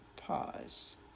pause